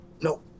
No